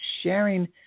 sharing